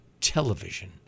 television